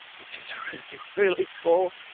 which is really, really cool.